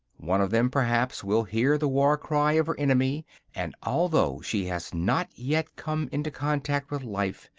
one of them perhaps will hear the war-cry of her enemy and although she has not yet come into contact with life,